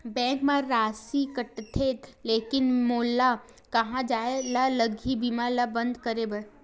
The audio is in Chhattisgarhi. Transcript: बैंक मा राशि कटथे लेकिन मोला कहां जाय ला कइसे बीमा ला बंद करे बार?